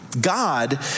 God